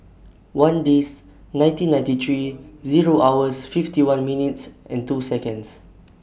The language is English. one Dec nineteen ninety three Zero hours fifty one minutes and two Seconds